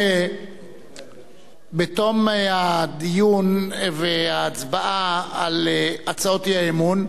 בתום הדיון וההצבעה על הצעות האי-אמון,